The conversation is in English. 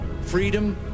Freedom